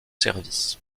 services